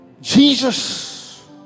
jesus